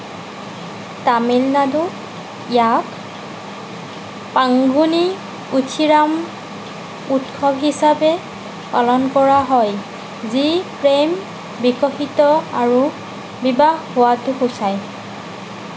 তামিলনাডুত ইয়াক পাঙ্গুনি উথিৰাম উৎসৱ হিচাপে পালন কৰা হয় যি প্ৰেম বিকশিত আৰু বিবাহ হোৱাটোক সূচায়